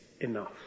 enough